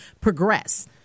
progress